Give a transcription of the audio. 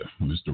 Mr